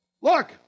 Look